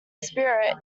spirit